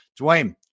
Dwayne